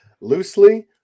loosely